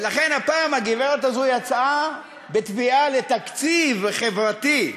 ולכן, הפעם הגברת הזו יצאה בתביעה לתקציב חברתי.